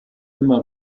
immer